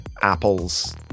Apple's